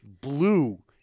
blue